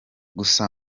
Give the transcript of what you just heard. gusa